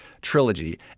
trilogy